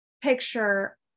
picture